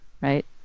right